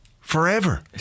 Forever